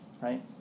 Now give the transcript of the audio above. right